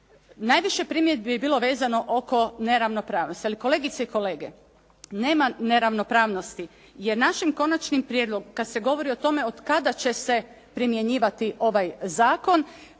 Najviše primjedbi je bilo vezano oko neravnopravnosti. Ali kolegice i kolege nema neravnopravnosti, jer našim konačnim prijedlogom kada se govori o tome od kada će se primjenjivati ovaj zakon